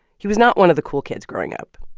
he was not one of the cool kids growing up.